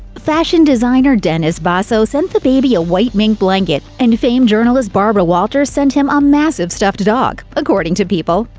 fashion designer dennis basso sent the baby a white mink blanket, and famed journalist barbara walters sent him a massive stuffed dog, according to people.